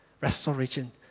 restoration